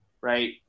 right